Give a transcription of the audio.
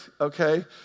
okay